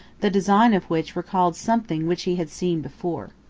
the design of which recalled something which he had seen before.